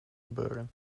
gebeuren